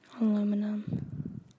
aluminum